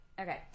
okay